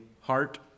heart